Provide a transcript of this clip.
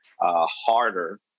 harder